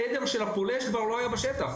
העדר של הפולש כבר לא היה בשטח,